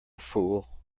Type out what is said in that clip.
fool